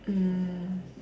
mm